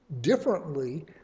differently